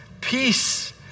peace